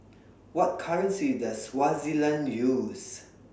What currency Does Swaziland use